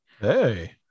Hey